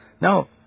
Now